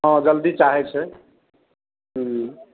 हँ जल्दी चाहय छै हूँ